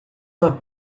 uma